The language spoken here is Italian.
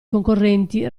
concorrenti